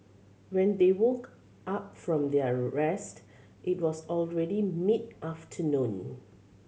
when they woke up from their rest it was already mid afternoon